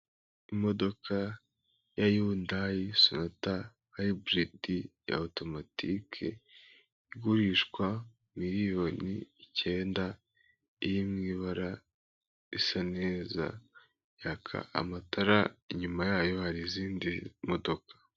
Imodoka ya yundayi sonata hayiburidi, ya otomatike, igurishwa miliyoni icyenda, iri mu ibara isa neza, yaka amatara inyuma yayo hari izindi modoka.